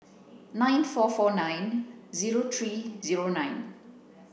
nine four four nine zero three zero nine